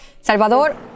Salvador